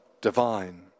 divine